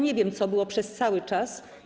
Nie wiem, co było przez cały czas.